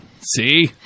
See